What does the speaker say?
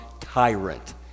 tyrant